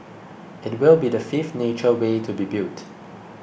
it will be the fifth nature way to be built